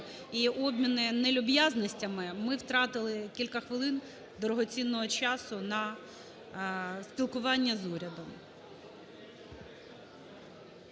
і обміни нелюб'язностями ми втратили кілька хвилин дорогоцінного часу на спілкування з урядом.